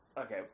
Okay